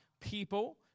people